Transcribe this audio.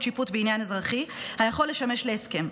שיפוט בעניין אזרחי היכול לשמש להסכם.